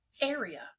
area